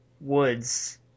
woods